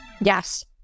Yes